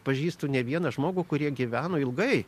pažįstu ne vieną žmogų kurie gyveno ilgai